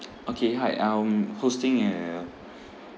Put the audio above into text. okay hi I'm hosting a